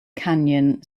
canyon